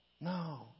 No